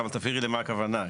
אבל תבהירי למה הכוונה.